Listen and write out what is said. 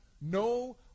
no